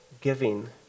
giving